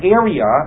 area